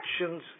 actions